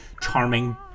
charming